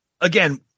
again